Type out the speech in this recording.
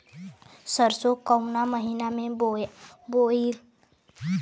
सरसो काउना महीना मे बोआई?